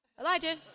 Elijah